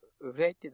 Related